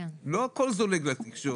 לא הכול זולג לתקשורת.